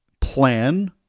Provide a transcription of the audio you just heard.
Plan